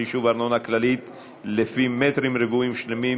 חישוב ארנונה כללית לפי מטרים רבועים שלמים),